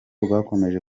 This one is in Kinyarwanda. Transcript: rwakomeje